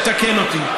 תתקן אותי.